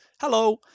hello